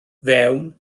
fewn